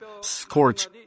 scorch